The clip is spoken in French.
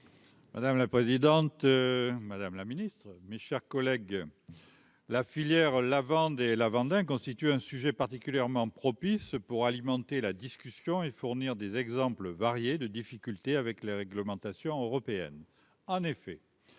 Madame la présidente, Madame la Ministre, mes chers collègues, la filière lavande et la Vendée, constituent un sujet particulièrement propice pour alimenter la discussion et fournir des exemples variés de difficultés avec la réglementation européenne, en effet,